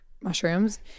mushrooms